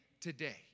today